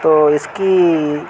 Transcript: تو اِس کی